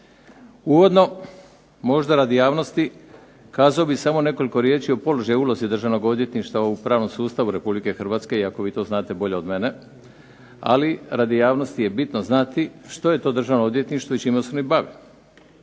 Uvodno, možda radi javnosti, kazao bih samo nekoliko riječi o položaji i ulozi Državnog odvjetništva u pravnom sustavu Republike Hrvatske, iako vi to znate bolje od mene, ali radi javnosti je bitno znati što je to Državno odvjetništvo i čime se oni bave.